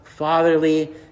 fatherly